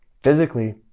physically